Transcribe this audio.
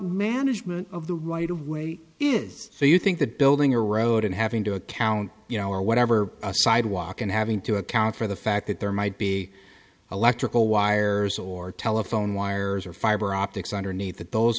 management of the right of way is so you think that building a road and having to account you know or whatever a sidewalk and having to account for the fact that there might be electrical wires or telephone wires or fiber optics underneath that those